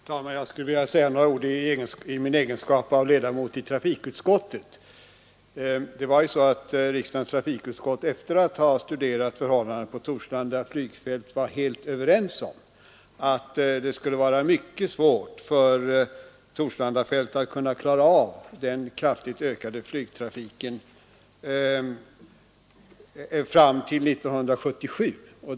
Herr talman! Jag skulle vilja säga några ord i min egenskap av ledamot av trafikutskottet. Det var ju så att vi inom riksdagens trafikutskott efter att ha studerat förhållandena på Torslanda flygfält var helt överens om att det skulle vara mycket svårt för Torslandafältet att klara av den kraftigt ökade flygtrafiken fram till 1977.